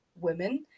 women